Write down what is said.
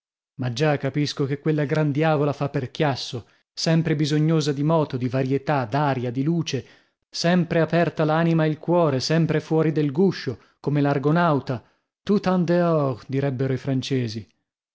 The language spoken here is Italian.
ma già capisco che quella gran diavola fa per chiasso sempre bisognosa di moto di varietà d'aria di luce sempre aperta l'anima e il cuore sempre fuori del guscio come l'argonauta toute en dehors direbbero i francesi